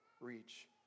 reach